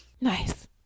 nice